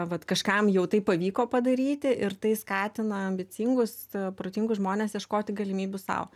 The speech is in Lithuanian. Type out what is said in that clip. vat kažkam jau tai pavyko padaryti ir tai skatina ambicingus protingus žmones ieškoti galimybių sau